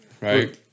Right